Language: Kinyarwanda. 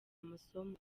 amasomo